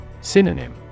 Synonym